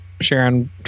Sharon